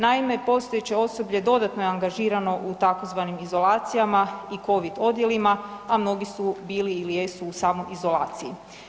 Naime, postojeće osoblje dodatno je angažirano u tzv. izolacijama i COVID odjelima, a mnogi su bili ili jesu u samoizolaciji.